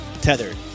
Tethered